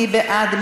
מי בעד?